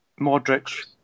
Modric